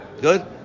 Good